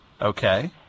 Okay